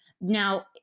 Now